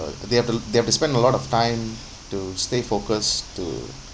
they have to they have to spend a lot of time to stay focused to